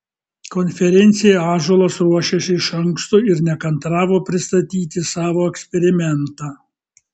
konferencijai ąžuolas ruošėsi iš anksto ir nekantravo pristatyti savo eksperimentą